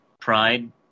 Pride